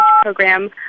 program